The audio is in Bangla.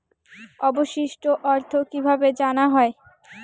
অবশিষ্ট অর্থ কিভাবে জানা হয়?